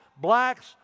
blacks